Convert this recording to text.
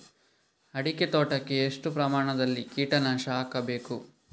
ಅಡಿಕೆ ತೋಟಕ್ಕೆ ಎಷ್ಟು ಪ್ರಮಾಣದಲ್ಲಿ ಕೀಟನಾಶಕ ಹಾಕಬೇಕು?